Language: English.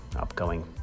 upcoming